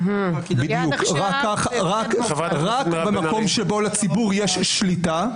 רק במקום שבו לציבור יש שליטה,